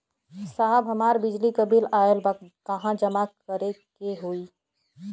साहब हमार बिजली क बिल ऑयल बा कहाँ जमा करेके होइ?